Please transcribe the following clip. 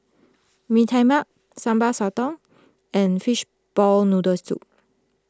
Mee Tai Mak Sambal Sotong and Fishball Noodle Soup